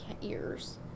ears